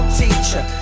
teacher